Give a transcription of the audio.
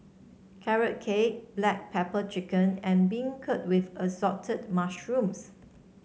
Carrot Cake Black Pepper Chicken and beancurd with Assorted Mushrooms